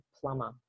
plumber